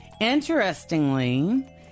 Interestingly